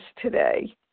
today